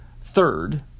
Third